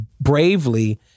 bravely